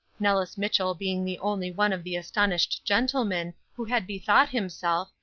nellis mitchell being the only one of the astonished gentlemen who had bethought himself,